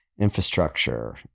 infrastructure